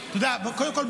קודם כול,